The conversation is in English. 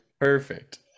Perfect